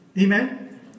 Amen